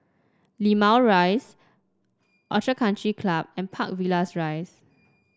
Limau Rise Orchid Country Club and Park Villas Rise